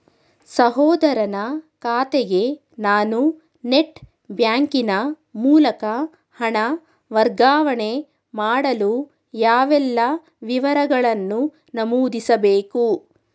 ಸಹೋದರನ ಖಾತೆಗೆ ನಾನು ನೆಟ್ ಬ್ಯಾಂಕಿನ ಮೂಲಕ ಹಣ ವರ್ಗಾವಣೆ ಮಾಡಲು ಯಾವೆಲ್ಲ ವಿವರಗಳನ್ನು ನಮೂದಿಸಬೇಕು?